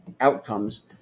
outcomes